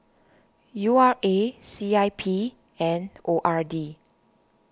U R A C I P and O R D